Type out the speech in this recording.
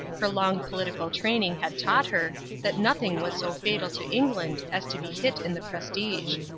her long political training had taught her that nothing was so fatal to england as to be hit in the prestige.